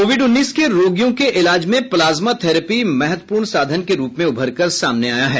Covid उन्नीस के रोगियों के इलाज में प्लाज्मा थेरेपी महत्वपूर्ण साधन के रूप में उभरकर सामने आया है